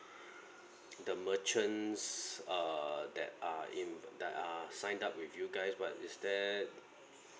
the merchants err that are in that are signed up with you guys but is there